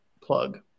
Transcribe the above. plug